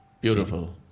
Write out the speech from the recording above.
Beautiful